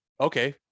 okay